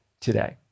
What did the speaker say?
today